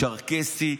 צ'רקסי,